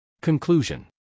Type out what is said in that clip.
Conclusion